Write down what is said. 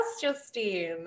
Justine